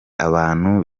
abantu